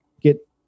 get